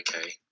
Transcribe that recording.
okay